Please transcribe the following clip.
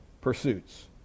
pursuits